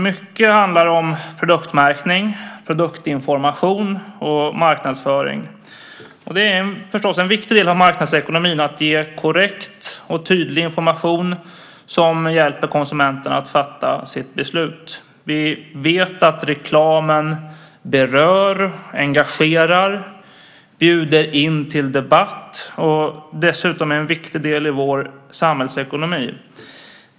Mycket handlar om produktmärkning, produktinformation och marknadsföring. Och det är förstås en viktig del av marknadsekonomin att ge korrekt och tydlig information som hjälper konsumenten att fatta sitt beslut. Vi vet att reklamen berör, engagerar, bjuder in till debatt och dessutom är en viktig del i vår samhällsekonomi.